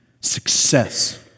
success